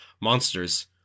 monsters